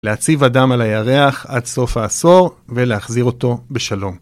להציב אדם על הירח עד סוף העשור ולהחזיר אותו בשלום.